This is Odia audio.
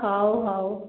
ହେଉ ହେଉ